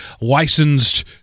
licensed